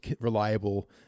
reliable